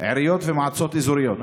עיריות ומועצות אזוריות.